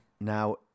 Now